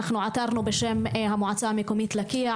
עתרנו בשם המועצה המקומית לקיה,